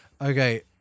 Okay